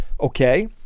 Okay